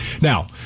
Now